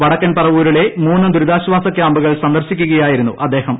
വടക്കൻ പറവൂരിലെ മൂന്ന് ദൂരിതാശ്വാസ കൃാമ്പുകൾ സന്ദർശിക്കുകയായിരുന്നു അദ്ദേഹം